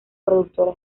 productora